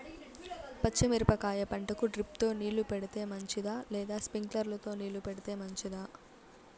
పచ్చి మిరపకాయ పంటకు డ్రిప్ తో నీళ్లు పెడితే మంచిదా లేదా స్ప్రింక్లర్లు తో నీళ్లు పెడితే మంచిదా?